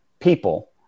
people